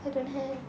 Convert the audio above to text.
I don't have